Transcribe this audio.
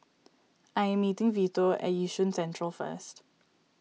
I am meeting Vito at Yishun Central first